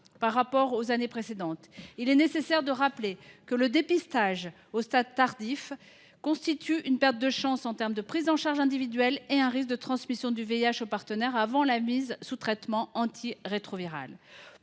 ce chiffre ne baisse pas. Il est nécessaire de rappeler que le dépistage au stade tardif constitue une perte de chance en matière de prise en charge individuelle et un risque accru de transmission du VIH aux partenaires avant la mise sous traitement antirétroviral.